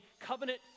covenant